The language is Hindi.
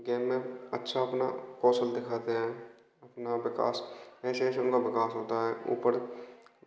गेम में अच्छा अपना कौशल दिखाते हैं अपना विकास जैसे जैसे उनका विकास होता है ऊपर